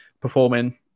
performing